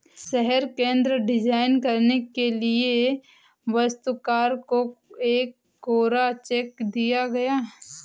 शहर केंद्र डिजाइन करने के लिए वास्तुकार को एक कोरा चेक दिया गया